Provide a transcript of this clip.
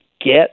Get